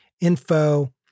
info